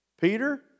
Peter